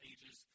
Ages